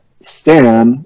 Stan